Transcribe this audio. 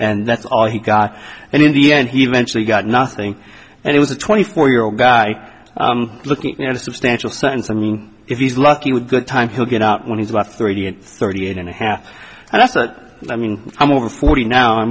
and that's all he got and in the end he eventually got nothing and it was a twenty four year old guy looking at a substantial sentence i mean if he's lucky with good time he'll get out when he's about thirty and thirty eight and a half and that's what i mean i'm over forty now i